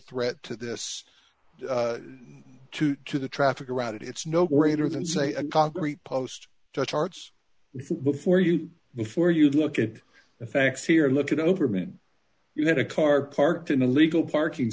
threat to this to to the traffic around it it's no greater than say a concrete post charts before you before you look at the facts here and look at overman you had a car parked in a legal parking